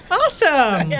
awesome